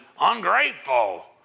ungrateful